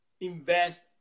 invest